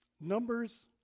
Numbers